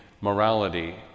morality